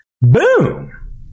Boom